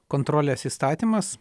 kontrolės įstatymas